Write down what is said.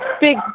big